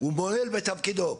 הוא מועל בתפקידו.